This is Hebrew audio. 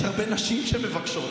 יש הרבה נשים שמבקשות,